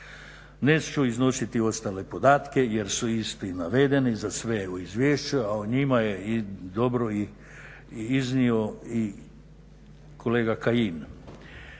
Neću iznositi ostale podatke jer su isti navedeni za sve u izvješću, a o njima je dobro iznio i kolega Kajin.